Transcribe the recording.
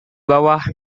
bawah